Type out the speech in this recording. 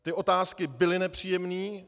Ty otázky byly nepříjemné.